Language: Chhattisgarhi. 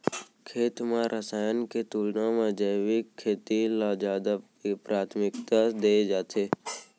खेत मा रसायन के तुलना मा जैविक खेती ला जादा प्राथमिकता दे जाथे